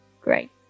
Great